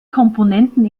komponenten